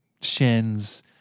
shins